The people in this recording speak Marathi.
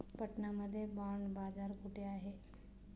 पटना मध्ये बॉंड बाजार कुठे आहे?